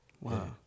wow